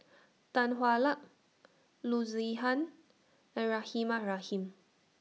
Tan Hwa Luck Loo Zihan and Rahimah Rahim